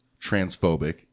transphobic